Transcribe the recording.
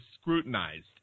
scrutinized